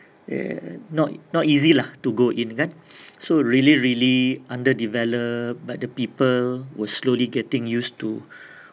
err not not easy lah to go in kan that so really really under developed but the people were slowly getting used to